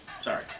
Sorry